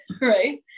right